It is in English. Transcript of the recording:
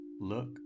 look